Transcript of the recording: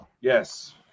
Yes